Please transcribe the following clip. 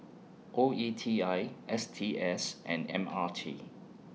O E T I S T S and M R T